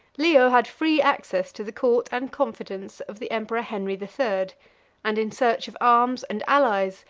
leo had free access to the court and confidence of the emperor henry the third and in search of arms and allies,